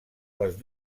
les